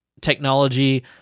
technology